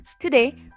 Today